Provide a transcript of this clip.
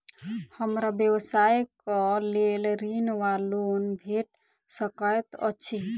हमरा व्यवसाय कऽ लेल ऋण वा लोन भेट सकैत अछि?